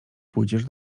pójdziesz